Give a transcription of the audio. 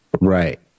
Right